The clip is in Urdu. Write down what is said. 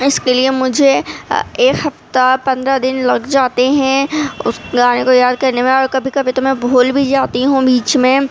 اس کے لیے مجھے ایک ہفتہ پندرہ دن لگ جاتے ہیں اس گانے کو یاد کرنے میں کبھی کبھی تو میں بھول بھی جاتی ہوں بیچ میں